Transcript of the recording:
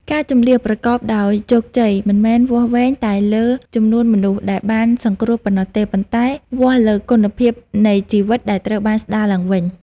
ការជម្លៀសប្រកបដោយជោគជ័យមិនមែនវាស់វែងតែលើចំនួនមនុស្សដែលបានសង្គ្រោះប៉ុណ្ណោះទេ ប៉ុន្តែវាស់លើគុណភាពនៃជីវិតដែលត្រូវបានស្តារឡើងវិញ។